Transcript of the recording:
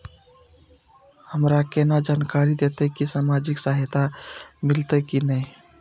हमरा केना जानकारी देते की सामाजिक सहायता मिलते की ने?